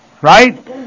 right